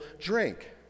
drink